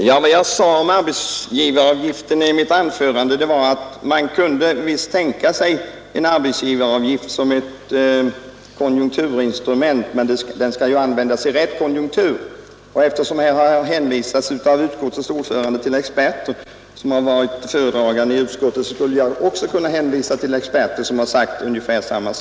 Herr talman! Vad jag i mitt anförande sade om arbetsgivaravgiften var att man visst kunde tänka sig en sådan såsom ett konjunkturinstrument men att den måste användas vid rätt konjunktur. Eftersom utskottets ordförande här har hänvisat till experter, som har varit föredragande i utskottet, skulle också jag kunna hänvisa till experter som sagt ungefär detta.